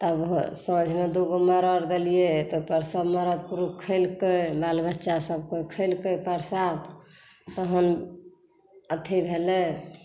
तब साँझ मे दुगो मौरर देलियै तब सब मरद पुरुख खेलकै बालबच्चा सबकोइ खेलकै परसाद तहन अथी भेलै